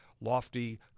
lofty